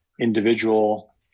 individual